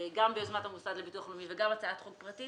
גם ביוזמת המוסד לביטוח לאומי וגם הצעת חוק פרטית